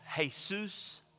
Jesus